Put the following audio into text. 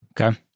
Okay